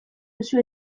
duzu